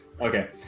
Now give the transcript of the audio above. Okay